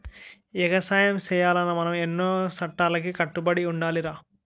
ఎగసాయం సెయ్యాలన్నా మనం ఎన్నో సట్టాలకి కట్టుబడి ఉండాలిరా